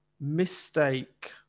mistake